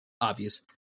obvious